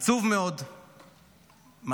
זה מהמפלגה שלך, כן?